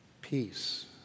peace